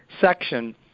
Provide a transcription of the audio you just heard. section